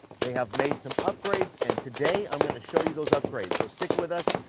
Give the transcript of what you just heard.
they have made some upgrades, and today i'm gonna show you those upgrades. so stick with us,